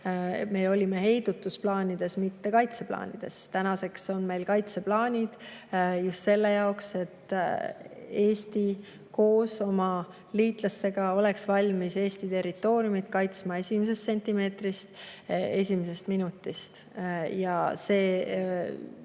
meil olid heidutusplaanid, mitte kaitseplaanid. Tänaseks on meil kaitseplaanid just selle jaoks, et Eesti koos oma liitlastega oleks valmis Eesti territooriumi kaitsma esimesest sentimeetrist, esimesest minutist, ja see,